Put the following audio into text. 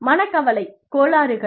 மனக்கவலை கோளாறுகள்